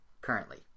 currently